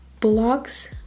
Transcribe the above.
blocks